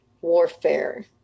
warfare